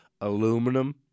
aluminum